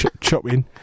Chopping